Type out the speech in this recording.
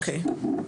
אוקיי.